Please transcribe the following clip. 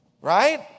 right